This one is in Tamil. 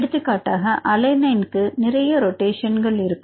எடுத்து காட்டாக அலனைன்க்கு நிறைய ரொட்டேஷன்கள் இருக்கும்